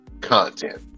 content